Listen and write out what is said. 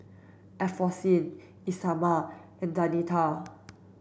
Alphonsine Isamar and Danita